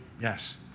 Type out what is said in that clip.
yes